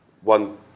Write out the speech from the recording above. One